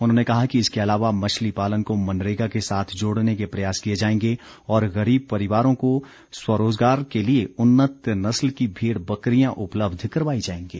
उन्होंने कहा कि इसके अलावा मछली पालन को मनरेगा के साथ जोड़ने के प्रयास किए जाएंगे और गरीब परिवारों को स्वरोजगार के लिए उन्नत नस्ल की भेड़ बकरियां उपलब्ध करवाई जाएंगी